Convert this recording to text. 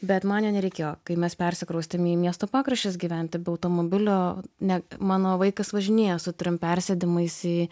bet man jo nereikėjo kai mes persikraustėm į miesto pakraščius gyventi be automobilio ne mano vaikas važinėja su trim persėdimais į